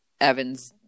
Evan's